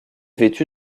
vêtue